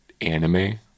anime